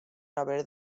haver